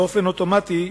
באופן אוטומטי,